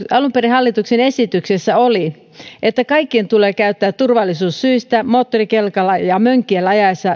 alun perin hallituksen esityksessä oli että kaikkien tulee käyttää turvallisuussyistä moottorikelkalla ja mönkijällä ajaessa